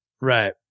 Right